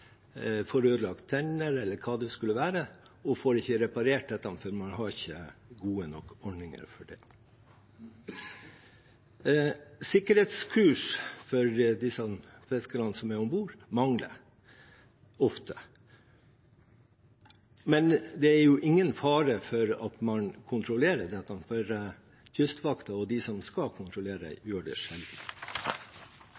tenner eller hva det skulle være, og ikke får reparert dette fordi man ikke har gode nok ordninger for det. Sikkerhetskurs for disse fiskerne som er om bord, mangler ofte. Men det er ingen fare for at dette blir kontrollert, for Kystvakten og de som skal kontrollere